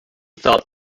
thought